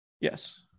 yes